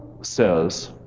says